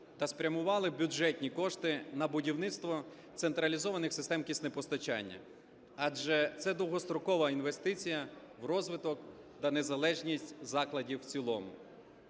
та спрямували бюджетні кошти на будівництво централізованих систем киснепостачання, адже це довгострокова інвестиція в розвиток та незалежність закладів в цілому.